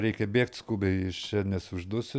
reikia bėgt skubiai iš čia nes uždusiu